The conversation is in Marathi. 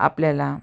आपल्याला